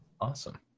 awesome